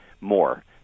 more